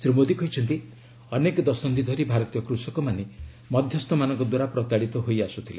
ଶ୍ରୀ ମୋଦୀ କହିଛନ୍ତି ଅନେକ ଦଶନ୍ଧି ଧରି ଭାରତୀୟ କୃଷକମାନେ ମଧ୍ୟସ୍ଥମାନଙ୍କ ଦ୍ୱାରା ପ୍ରତାଡ଼ିତ ହୋଇ ଆସ୍କଥିଲେ